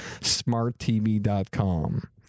SmartTV.com